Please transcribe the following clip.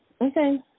Okay